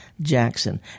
Jackson